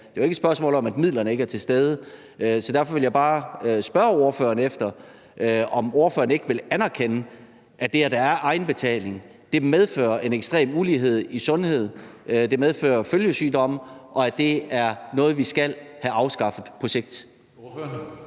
det er ikke et spørgsmål om, at midlerne ikke er til stede. Så derfor vil jeg bare spørge ordføreren, om ordføreren ikke vil anerkende, at det, at der er egenbetaling, medfører en ekstrem ulighed i sundhed, at det medfører følgesygdomme, og at det er noget, vi skal have afskaffet på sigt.